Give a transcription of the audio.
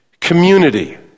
community